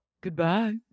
Goodbye